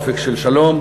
אופק של שלום.